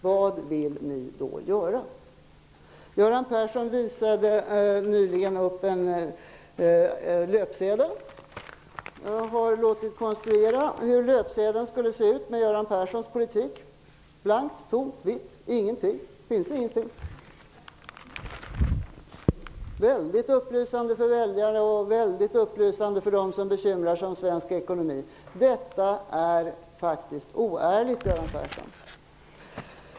Vad vill ni då göra? Göran Persson visade nyligen upp en löpsedel. Jag har låtit konstruera en löpsedel som visar hur en löpsedel skulle se ut med Göran Perssons politik: blankt, vitt, tomt, ingenting -- väldigt upplysande för väljare och dem som bekymrar sig för svensk ekonomi. Detta är faktiskt oärligt, Göran Persson.